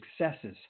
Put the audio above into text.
successes